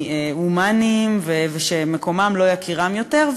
האנטי-הומניים שמקומם לא יכירם אצלנו יותר.